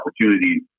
opportunities